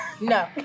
No